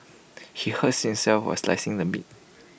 he hurt himself while slicing the meat